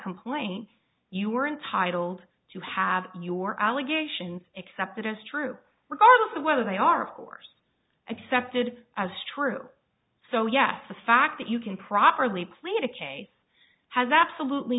complaint you're entitled to have your allegations accepted as true regardless of whether they are of course accepted as true so yes the fact that you can properly play in a case has absolutely